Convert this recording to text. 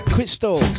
Crystal